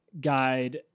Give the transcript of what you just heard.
guide